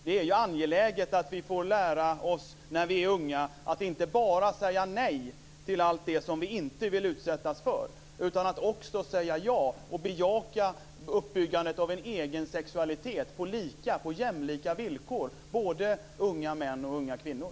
Det är ju angeläget att vi får lära oss när vi är unga att inte bara säga nej till allt det som vi inte vill utsättas för utan också att säga ja och bejaka uppbyggandet av en egen sexualitet på jämlika villkor, både unga män och unga kvinnor.